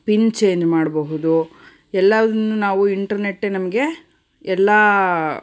pin change ಮಾಡಬಹುದು ಎಲ್ಲಾದನ್ನೂ ನಾವು ಇಂಟರ್ನೆಟ್ಟೆ ನಮಗೆ ಎಲ್ಲ